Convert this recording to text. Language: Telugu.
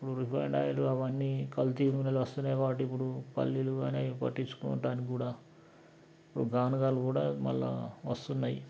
ఇప్పుడు రిఫైండ్ ఆయిల్ అవ్వన్నీ కల్తీ నూనెలు వస్తున్నాయి కాబట్టి ఇప్పుడు పల్లీలు అనేవి పట్టించుకోడానికి కూడా ఇప్పుడు గానుగలు కూడా మళ్ళీ వస్తున్నాయి